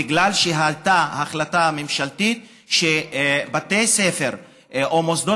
בגלל שהייתה החלטה ממשלתית שבתי ספר או מוסדות